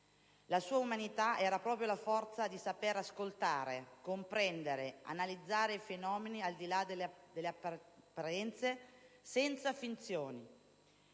La sua umanità era proprio la forza di saper ascoltare, comprendere e analizzare i fenomeni al di là delle apparenze, senza finzioni.